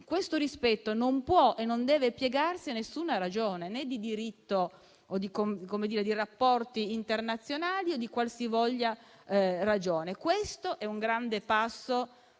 Questo rispetto non può e non deve piegarsi a nessuna ragione, né di rapporti internazionali né di qualsivoglia ragione. Questo è un grande passo